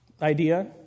idea